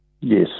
Yes